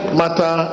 matter